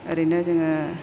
ओरैनो जोङो